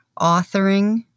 authoring